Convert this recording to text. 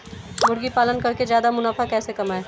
मुर्गी पालन करके ज्यादा मुनाफा कैसे कमाएँ?